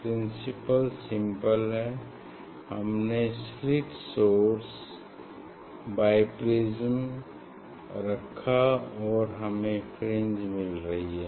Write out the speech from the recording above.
principal simple है हमने slit source biprism रखा और हमें फ्रिंज मिल रही हैं